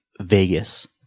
Vegas